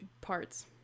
parts